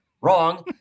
wrong